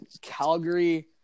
Calgary